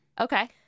Okay